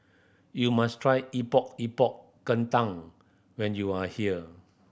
you must try Epok Epok Kentang when you are here